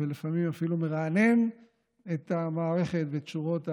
ולפעמים אפילו מרענן את המערכת ואת שורות ההנהגה.